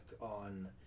on